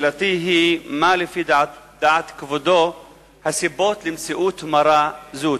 שאלתי היא: מה לפי דעת כבודו הסיבות למציאות מרה זו?